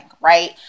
right